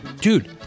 dude